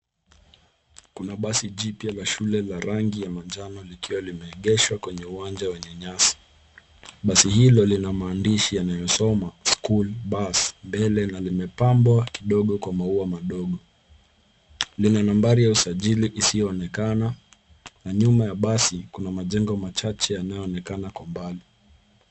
Kuna basi jipya la shule la rangi ya manjano likiwa limeegeshwa kwenye uwanja wenye nyasi. Basi hilo lina maandishi yanayosomo school bus mbele na limepambwa kidogo kwa maua madogo. Lina nambari ya usajili isiyoonekana na nyuma ya basi kuna majengo machache yanayoonekana kwa mbali.